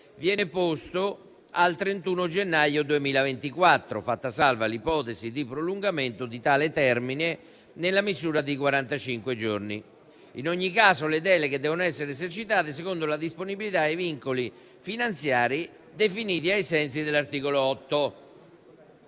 viene posto al 31 gennaio 2024, fatta salva l'ipotesi di prolungamento di tale termine, nella misura di quarantacinque giorni. In ogni caso, le deleghe devono essere esercitate secondo le disponibilità e i vincoli finanziari definiti ai sensi dell'articolo 8.